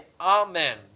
amen